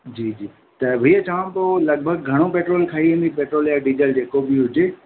जी जी त भैया चवांव पियो लॻभॻि घणो पेट्रोल खाई वेंदी पेट्रोल या डीजल जेको बि हुजे